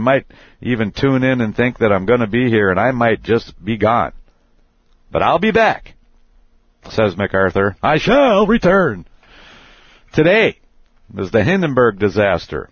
might even tune in and think that i'm going to be here and i might just be gone but i'll be back says macarthur i shall return today as then the bird disaster